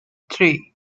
three